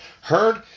Heard